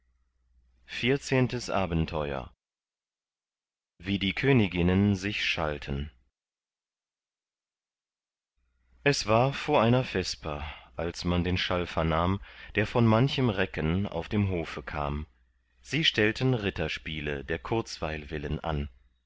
vierzehntes abenteuer wie die königinnen sich schalten es war vor einer vesper als man den schall vernahm der von manchem recken auf dem hofe kam sie stellten ritterspiele der kurzweil willen an